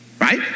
Right